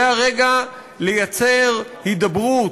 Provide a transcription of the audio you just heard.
זה הרגע לייצר הידברות,